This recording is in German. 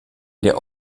der